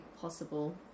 possible